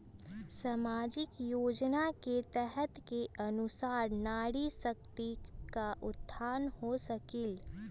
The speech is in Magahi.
सामाजिक योजना के तहत के अनुशार नारी शकति का उत्थान हो सकील?